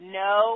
no